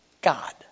God